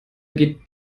geht